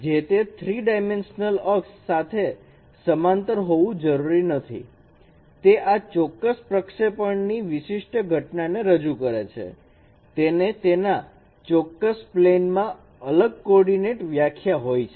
જે તે 3 ડાયમેન્શનલ અક્ષ સાથે સમાંતર હોવું જરૂરી નથી તે આ ચોક્કસ પ્રક્ષેપણ ની વિશિષ્ટ ઘટનાને રજૂ કરે છે તેને તેના ચોક્કસ પ્લેન માં અલગ કોર્ડીનેટ વ્યાખ્યા હોય છે